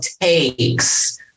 takes